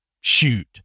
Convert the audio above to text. shoot